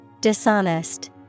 Dishonest